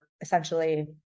essentially